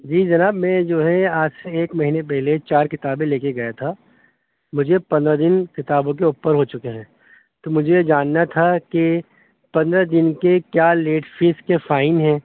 جی جناب میں جو ہے آج سے ایک مہینے پہلے چار کتابیں لے کے گیا تھا مجھے پندرہ دن کتابوں کے اوپر ہو چکے ہیں تو مجھے جاننا تھا کہ پندرہ دن کے کیا لیٹ فیس کے فائن ہیں